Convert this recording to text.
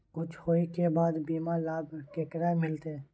कुछ होय के बाद बीमा लाभ केकरा मिलते?